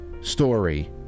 story